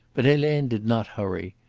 but helene did not hurry.